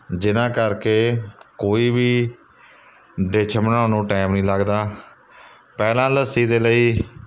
ਜਿਨ੍ਹਾਂ ਕਰਕੇ ਕੋਈ ਵੀ ਡਿਸ਼ ਬਣਾਉਣ ਨੂੰ ਟਾਇਮ ਨਹੀਂ ਲੱਗਦਾ ਪਹਿਲਾਂ ਲੱਸੀ ਦੇ ਲਈ